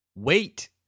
Wait